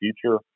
future